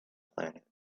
planet